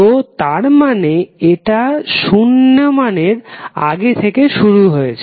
তো তার মানে এটা শুন্য মানের আগে শুরু হয়েছে